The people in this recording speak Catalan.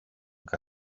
que